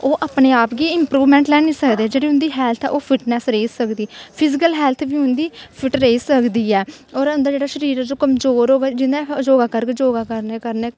ओह् अपने आप गी इंप्रूवमैंट लेआनी सकदे जेह्ड़ी उंदी हैल्थ ऐ ओह् फिटनैस रेही सकदी फिजिकल हैल्थ बी उंदी फिट रेही सकदी ऐ और इंदे च इंदा जेह्ड़ा शरीर कमजोर होऐ योगा करन योगा करने कन्नै